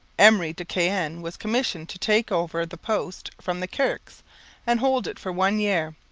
emery de caen was commissioned to take over the post from the kirkes and hold it for one year,